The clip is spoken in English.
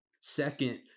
Second